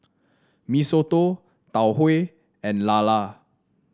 Mee Soto Tau Huay and lala